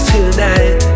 Tonight